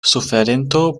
suferinto